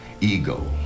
ego